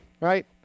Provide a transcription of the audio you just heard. right